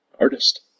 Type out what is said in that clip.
Artist